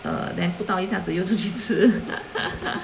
err then 不到一下子又出去吃